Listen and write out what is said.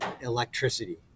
Electricity